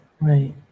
Right